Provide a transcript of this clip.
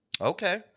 Okay